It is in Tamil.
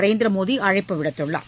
நரேந்திரமோடி அழைப்பு விடுத்துள்ளார்